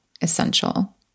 essential